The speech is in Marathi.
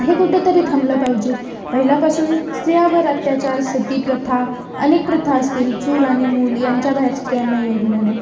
हे कुठंंतरी थांबलं पाहिजे पहिल्यापासून स्त्रियावर अत्याचार सती प्रथा अनेक प्रथा असतील चूल आणि मूल यांच्या बाहेर स्त्रियांना येऊ दिलं नाही